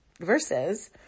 versus